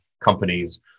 companies